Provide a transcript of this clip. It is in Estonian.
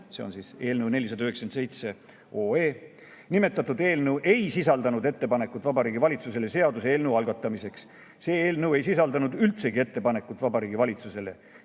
see on 497 OE. Nimetatud eelnõu ei sisaldanud ettepanekut Vabariigi Valitsusele seaduseelnõu algatamiseks. See eelnõu ei sisaldanud üldsegi ettepanekut Vabariigi Valitsusele.